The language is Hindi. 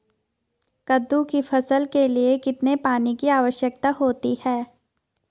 कद्दू की फसल के लिए कितने पानी की आवश्यकता होती है?